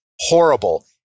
horrible